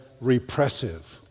repressive